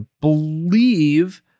believe